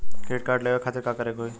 Credit card लेवे खातिर का करे के होई?